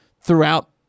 throughout